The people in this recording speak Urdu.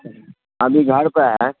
ابھی گھر پہ ہیں